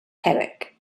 quebec